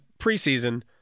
preseason